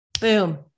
boom